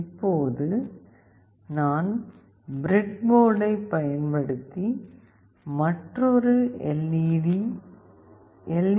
இப்போது நான் பிரெட் போர்டைப் பயன்படுத்தி மற்றொரு எல்